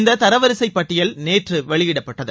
இந்த தரவரிசைப் பட்டியல் நேற்று வெளியிடப்பட்டது